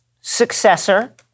successor